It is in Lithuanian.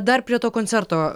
dar prie to koncerto